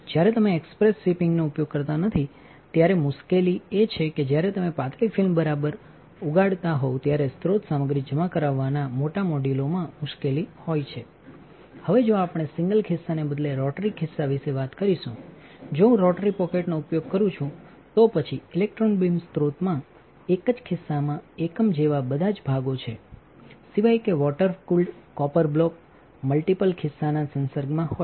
જ્યારે તમે એક્સપ્રેસ શિપિંગનો ઉપયોગ કરતા નથી ત્યારે મુશ્કેલી એ છે કે જ્યારે તમેપાતળી ફિલ્મ બરાબર ઉગાડતાહોવ ત્યારે સ્રોત સામગ્રી જમા કરાવવાના મોટા મોડ્યુલોમાં મુશ્કેલી હોય છે હવે જો આપણે સિંગલ ખિસ્સાને બદલે રોટરી ખિસ્સા વિશે વાત કરીશું જો હું રોટરી પોકેટનો ઉપયોગ કરું છું તો પછી ઇલેક્ટ્રોન બીમ સ્ત્રોતમાં એક જ ખિસ્સા એકમ જેવા બધા જ ભાગો છે સિવાય કે water cooled copper block multiple ખિસ્સાના સંસર્ગમાં હોય છે